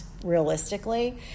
realistically